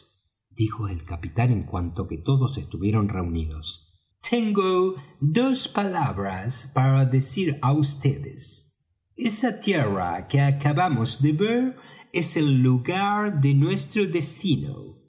dijo el capitán en cuanto que todos estuvieron reunidos tengo dos palabras que decir á vds esa tierra que acabamos de ver es el lugar de nuestro destino